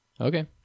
okay